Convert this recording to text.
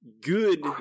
Good